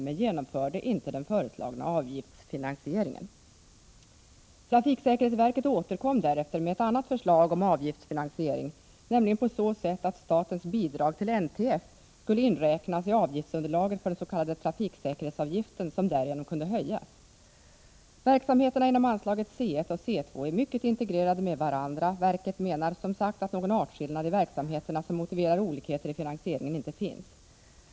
men genomförde inte den föreslagna avgiftsfinansieringen. Trafiksäkerhetsverket återkom därefter med ett annat förslag om avgiftsfi Verksamheterna inom anslag C1 och C2 är mycket integrerade med varandra. Verket menar, som sagt, att någon artskillnad i verksamheterna som motiverar olikheter i finansieringen inte finns.